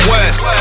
West